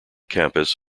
campus